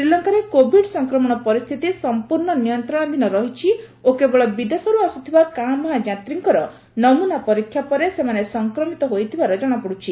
ଶ୍ରୀଲଙ୍କାରେ କୋଭିଡ୍ ସଂକ୍ରମଣ ପରିସ୍ଥିତି ସଂପୂର୍ଣ୍ଣ ନିୟନ୍ତ୍ରଣାଧୀନ ରହିଛି ଓ କେବଳ ବିଦେଶରୁ ଆସୁଥିବା କାଁ ଭାଁ ଯାତ୍ରୀଙ୍କର ନମୁନା ପରୀକ୍ଷା ପରେ ସେମାନେ ସଫକ୍ରମିତ ହୋଇଥିବାର ଜଣାପଡ଼ୁଛି